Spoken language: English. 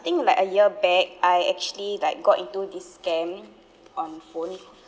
think like a year back I actually like got into this scam on phone